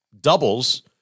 doubles